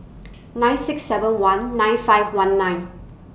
nine six seven one nine five one nine